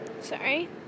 Sorry